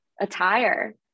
attire